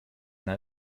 una